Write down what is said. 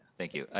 thank you.